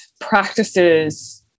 practices